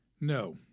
No